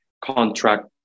contract